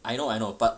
I know I know but